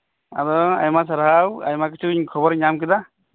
ᱟᱫᱚ ᱟᱭᱢᱟ ᱥᱟᱨᱦᱟᱣ ᱟᱭᱢᱟᱠᱤᱪᱷᱩ ᱠᱷᱚᱵᱚᱨᱤᱧ ᱧᱟᱢᱠᱮᱫᱟ